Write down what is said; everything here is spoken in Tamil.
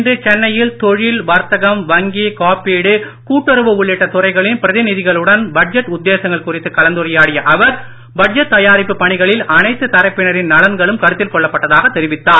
இன்று சென்னையில் தொழில் வர்த்தகம் வங்கி காப்பீடு கூட்டுறவு உள்ளிட்ட துறைகளின் பிரதிநிதிகளுடன் பட்ஜெட் உத்தேசங்கள் குறித்து கலந்துரையாடிய அவர் பட்ஜெட் தயாரிப்பு பணிகளில் அனைத்து தரப்பினரின் நலன்களும் கருத்தில் கொள்ளப்பட்டதாக தெரிவித்தார்